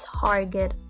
target